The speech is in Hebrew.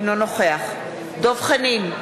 אינו נוכח דב חנין,